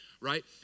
right